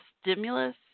stimulus